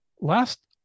Last